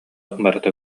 барыта